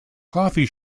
coffee